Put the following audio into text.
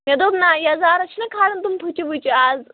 مےٚ دوٚپ نہ یَزارَس چھِنا کھالان تِم پھٕچہِ وٕچہِ آز